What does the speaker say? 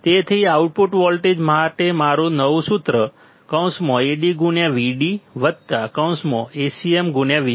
તેથી output voltage માટે મારું નવું સૂત્ર AdVd Acm Vcm હશે